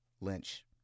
Lynch